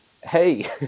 hey